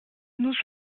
sommes